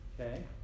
okay